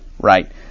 Right